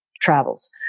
travels